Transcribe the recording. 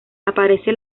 aparece